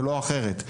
ולא אחרת.